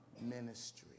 Ministry